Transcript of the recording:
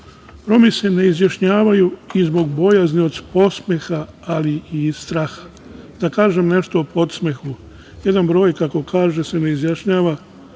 se ne izjašnjavaju i zbog bojazni od podsmeha, ali i straha. Da kažem nešto o podsmehu, jedan broj, kako kaže, se ne izjašnjava